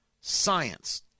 science